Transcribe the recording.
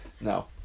no